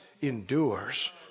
endures